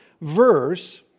verse